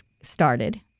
started